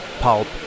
pulp